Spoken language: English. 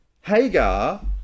Hagar